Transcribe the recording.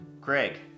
Greg